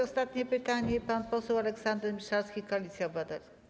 Ostatnie pytanie zada pan poseł Aleksander Miszalski, Koalicja Obywatelska.